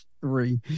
three